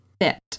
fit